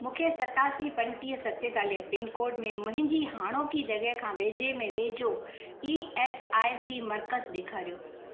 मूंखे सतासी पंटीह सतेतालीह पिनकोड में मुंहिंजी हाणोकी जॻहि खां वेझे में वेझो ई एस आई सी मर्कज़ु ॾेखारियो